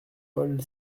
paul